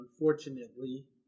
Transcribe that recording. Unfortunately